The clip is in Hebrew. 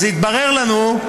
אז התברר לנו,